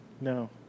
No